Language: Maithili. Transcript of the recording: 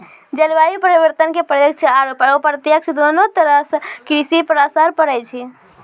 जलवायु परिवर्तन के प्रत्यक्ष आरो अप्रत्यक्ष दोनों तरह सॅ कृषि पर असर पड़ै छै